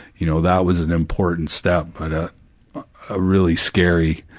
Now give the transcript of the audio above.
you know, that was an important step, but a really scary,